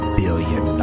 billion